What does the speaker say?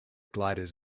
gliders